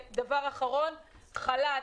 דבר אחרון, חל"ת.